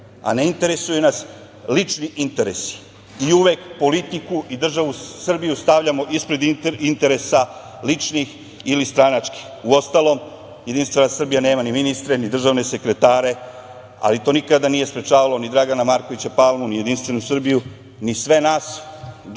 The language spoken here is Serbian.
a ne interesuju nas lični interesi. Uvek politiku i državu Srbiju stavljamo ispred interesa ličnih, ili stranački, uostalom, JS nema ni ministre ni državne sekretare, ali to nikada nije sprečavalo ni Dragana Markovića Palmu, ni JS, ni sve nas da